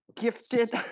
gifted